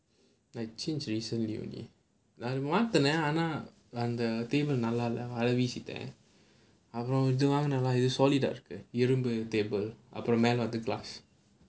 I change recently only அது மாத்தினேன் ஆனா அந்த:adhu maathinaen aanaa antha table நல்லாயில்ல அத வீசிட்டேன் அப்புறம் இது வாங்குனான இது:nallaayilla adha veesittaen appuram idhu vaangunaana idhu solid ah இருக்கு இரும்பு:irukku irumbu table அப்புறம் மேல அந்த:appuram mela antha glass